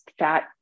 fat